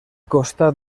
costat